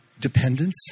dependence